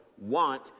want